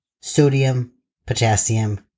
sodium-potassium